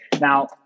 Now